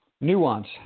Nuance